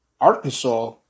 Arkansas